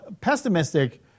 pessimistic